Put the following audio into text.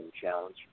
Challenge